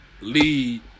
lead